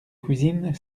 cuisine